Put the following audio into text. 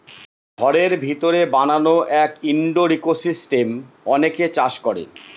ঘরের ভিতরে বানানো এক ইনডোর ইকোসিস্টেম অনেকে চাষ করে